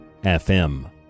FM